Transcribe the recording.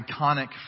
iconic